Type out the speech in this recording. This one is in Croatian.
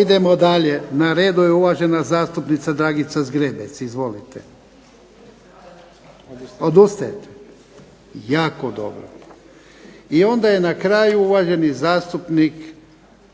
Idemo dalje. Na redu je uvažena zastupnica Dragica Zgrebec. Izvolite. Odustajete? Jako dobro. I onda je na kraju uvaženi zastupnik